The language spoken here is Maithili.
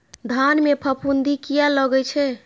धान में फूफुंदी किया लगे छे?